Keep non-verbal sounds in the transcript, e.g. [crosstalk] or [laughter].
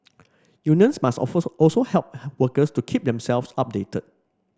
unions must [unintelligible] also help workers to keep themselves updated